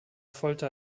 folter